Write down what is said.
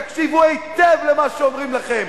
תקשיבו היטב למה שאומרים לכם,